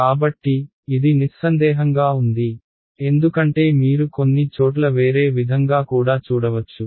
కాబట్టి ఇది నిస్సందేహంగా ఉంది ఎందుకంటే మీరు కొన్ని చోట్ల వేరే విధంగా కూడా చూడవచ్చు